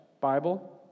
Bible